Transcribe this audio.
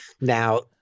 Now